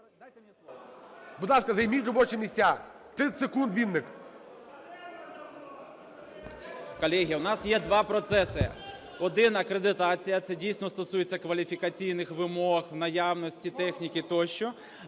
Колеги, у нас є два процеси. Один – акредитація, це, дійсно, стосується кваліфікаційних вимог, наявності техніки тощо.